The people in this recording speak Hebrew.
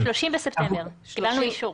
קיבלנו אישור.